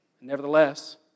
Nevertheless